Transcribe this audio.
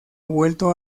vuelto